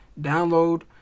download